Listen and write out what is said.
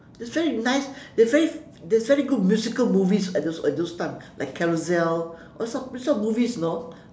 that's very nice they're very there's very good musical movies at those at those times like carousel all these all these sort of movies you know